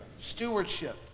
Stewardship